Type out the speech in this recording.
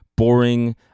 Boring